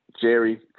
Jerry